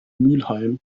mülheim